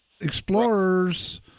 Explorers